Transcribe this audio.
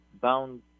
bound